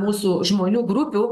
mūsų žmonių grupių